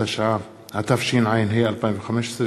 התשע"ה 2015,